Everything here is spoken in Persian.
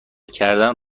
کردن